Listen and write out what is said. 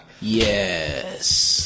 Yes